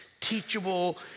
teachable